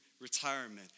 retirement